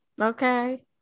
Okay